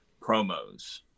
promos